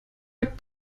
mit